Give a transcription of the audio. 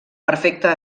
perfecte